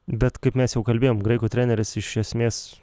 bet kaip mes jau kalbėjom graikų treneris iš esmės